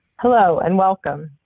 hello and welcome.